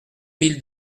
mille